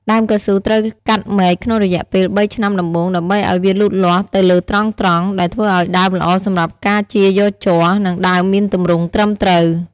ដើមកៅស៊ូត្រូវកាត់មែកក្នុងរយៈពេល ៣ ឆ្នាំដំបូង ដើម្បីឱ្យវាលូតលាស់ទៅលើត្រង់ៗ ដែលធ្វើឲ្យដើមល្អសម្រាប់ការចៀរយកជ័រ និងដើមមានទម្រង់ត្រឹមត្រូវ។